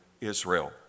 Israel